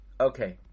Okay